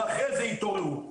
ואחרי זה התעוררו.